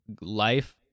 life